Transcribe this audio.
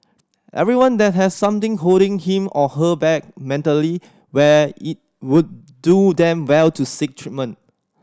everyone that has something holding him or her back mentally where it would do them well to seek treatment